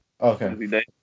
Okay